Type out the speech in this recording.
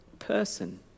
person